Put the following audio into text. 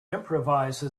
improvise